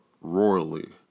royally